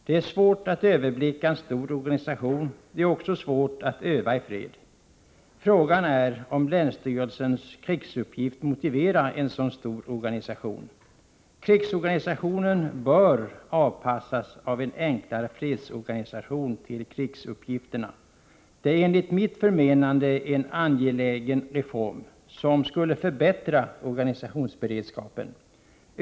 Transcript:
Det är svårt att överblicka en stor organisation, den är också svår att öva i fred. Frågan är om länsstyrelsens krigsuppgift motiverar en så stor organisation. Krigsorganisationen bör ske genom att en enklare fredsorganisation avpassas till krigsuppgifterna. Det är enligt mitt förmenande en angelägen reform som skulle förbättra organisationsberedskapen.